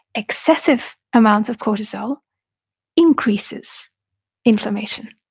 excessive amounts of cortisol increases inflammation.